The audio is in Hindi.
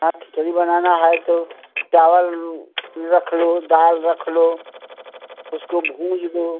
हाँ खिचड़ी बनाना है तो चावल रख लो दाल रख लो उसको भूँज दो